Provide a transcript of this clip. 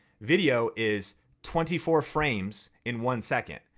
video is twenty four frames in one second.